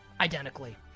identically